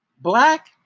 black